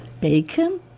bacon